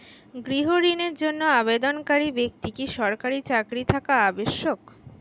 গৃহ ঋণের জন্য আবেদনকারী ব্যক্তি কি সরকারি চাকরি থাকা আবশ্যক?